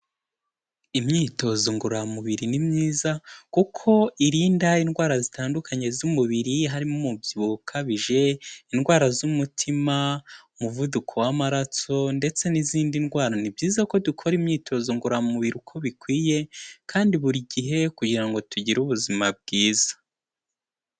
Imyitozo ngororamubiri ni myiza kuko irindaya indwara zitandukanye z'umubiri, harimo umubyibuho ukabije, indwara z'umutima, umuvuduko w'amaraso ndetse n'izindi ndwara. Ni byiza ko dukora imyitozo ngororamubiri uko bikwiye kandi buri gihe kugira ngo tugire ubuzima bwiza.